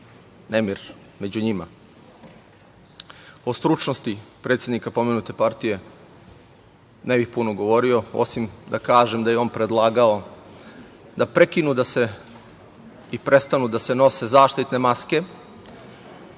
nemir među njima.O stručnosti predsednika pomenute partije ne bih puno govorio, osim da kažem da je on predlagao da prekinu i prestanu da se nose zaštitne maske